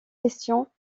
questions